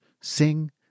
sing